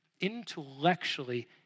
intellectually